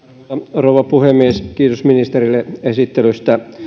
rouva puhemies kiitos ministerille esittelystä